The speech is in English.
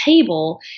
table